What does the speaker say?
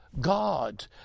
God